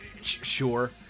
Sure